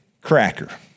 cracker